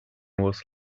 was